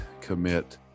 commit